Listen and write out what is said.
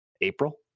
April